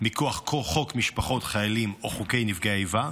מכוח חוק משפחות חיילים או חוקי נפגעי איבה,